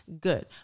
good